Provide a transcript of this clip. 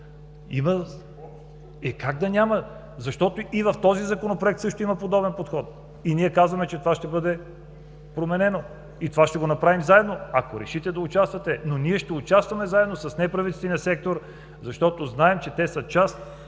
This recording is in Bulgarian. Е, как да няма? Защото и в този Законопроект също има подобен подход и ние казваме, че това ще бъде променено. И това ще го направим заедно, ако решите да участвате, но ние ще участваме заедно с неправителствения сектор, защото знаем, че те са част